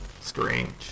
Strange